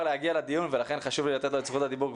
להגיע לדיון וחשוב לי לתת לו את זכות הדיבור.